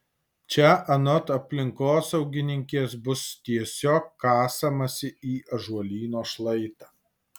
čia anot aplinkosaugininkės bus tiesiog kasamasi į ąžuolyno šlaitą